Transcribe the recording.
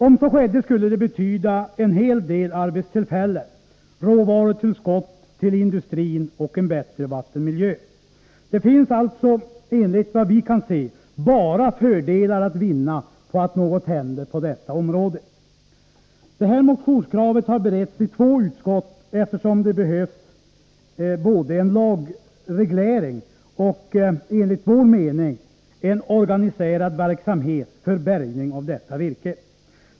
Om så skedde skulle det betyda en hel del arbetstillfällen, råvarutillskott till industrin och en bättre vattenmiljö. Det finns alltså, enligt vad vi kan se, bara fördelar att vinna på att något händer på detta område. Det här motionskravet har beretts i två utskott, eftersom det enligt vår mening behövs både en lagreglering och en organiserad verksamhet för bärgning av detta virke.